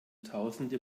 tausende